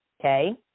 Okay